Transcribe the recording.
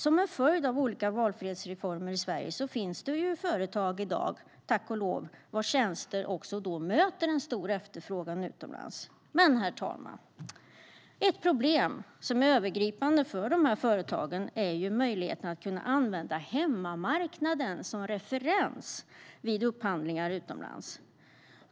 Som en följd av olika valfrihetsreformer i Sverige finns det företag i dag, tack och lov, vars tjänster möter en stor efterfrågan utomlands. Men, herr talman, ett problem som är övergripande för dessa företag är möjligheten att använda hemmamarknaden som referens vid upphandlingar utomlands.